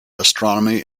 astronomy